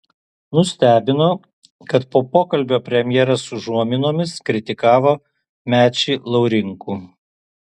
nustebino kad po pokalbio premjeras užuominomis kritikavo mečį laurinkų